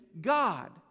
god